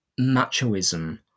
machoism